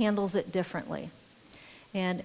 handles it differently and